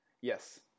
Yes